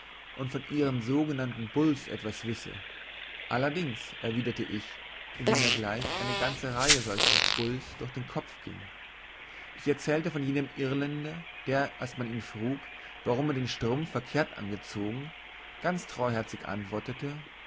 und von ihren sogenannten bulls etwas wisse allerdings erwiderte ich indem mir gleich eine ganze reihe solcher bulls durch den kopf ging ich erzählte von jenem irländer der als man ihn frug warum er den strumpf verkehrt angezogen ganz treuherzig antwortete